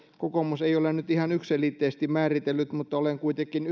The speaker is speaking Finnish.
kokoomus ei ole nyt ihan yksiselitteisesti määritellyt mutta kuitenkin